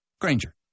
Granger